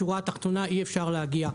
השורה התחתונה, אי אפשר להגיע.